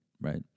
right